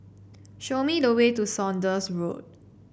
show me the way to Saunders Road